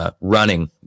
running